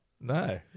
No